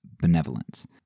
benevolence